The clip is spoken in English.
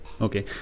Okay